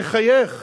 תחייך